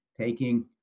taking